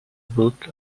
book